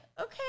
okay